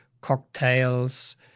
cocktails